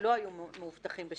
לא מהות הדיון.